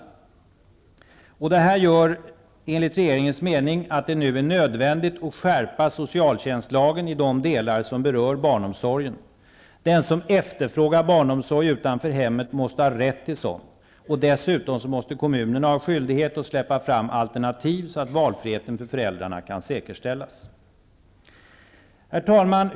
Detta innebär att det nu, enligt regeringens mening, är nödvändigt att skärpa socialtjänstlagen i de delar som berör barnomsorgen. Den som efterfrågar barnomsorg utanför hemmet måste ha rätt till sådan. Dessutom måste kommunerna ha skyldighet att släppa fram alternativ, så att valfriheten för föräldrarna kan säkerställas. Herr talman!